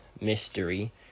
mystery